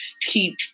keep